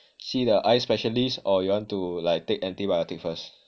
see the eye specialist or you want to take antibiotic first